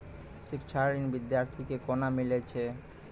शिक्षा ऋण बिद्यार्थी के कोना मिलै छै?